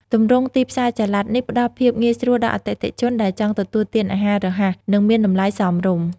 ទម្រង់ទីផ្សារចល័តនេះផ្តល់ភាពងាយស្រួលដល់អតិថិជនដែលចង់ទទួលទានអាហាររហ័ស និងមានតម្លៃសមរម្យ។